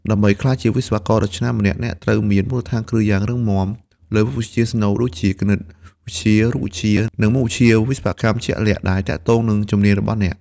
ដើម្បីក្លាយជាវិស្វករដ៏ឆ្នើមម្នាក់ អ្នកត្រូវមាន មូលដ្ឋានគ្រឹះយ៉ាងរឹងមាំ លើមុខវិជ្ជាស្នូលដូចជា គណិតវិទ្យា រូបវិទ្យា និងមុខវិជ្ជាវិស្វកម្មជាក់លាក់ ដែលទាក់ទងនឹងជំនាញរបស់អ្នក។